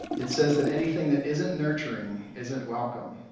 it says that anything that isn't nurturing isn't welcome,